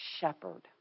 shepherd